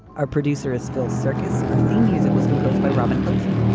our producer is phil circus our theme music was composed by robin hilton.